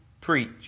preach